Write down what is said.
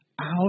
out